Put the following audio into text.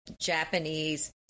Japanese